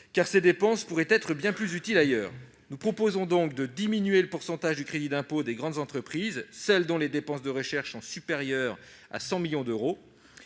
car ces dépenses pourraient être bien plus utiles ailleurs pour faire face à la crise. Nous proposons donc de diminuer le taux du crédit d'impôt des grandes entreprises, celles dont les dépenses de recherche sont supérieures à 100 millions d'euros,